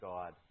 God